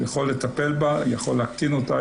יכול לטפל בה, יכול להקטין אותה,